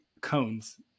cones